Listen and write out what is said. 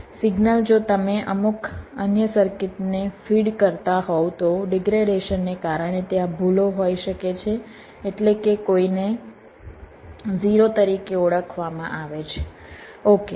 signal જો તમે અમુક અન્ય સર્કિટને ફીડ કરતા હોવ તો ડિગ્રેડેશનને કારણે ત્યાં ભૂલો હોઈ શકે છે એટલે કે કોઈને 0 તરીકે ઓળખવામાં આવે છે ઓકે